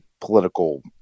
political